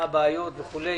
מה הבעיות וכולי.